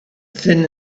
thin